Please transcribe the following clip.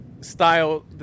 style